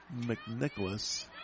McNicholas